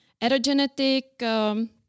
Aerogenetic